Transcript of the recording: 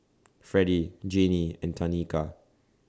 Fredie Janey and Tanika